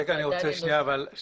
רגע, אני רוצה להבין.